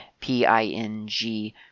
P-I-N-G